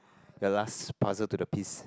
the last puzzle to the piece